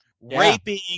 raping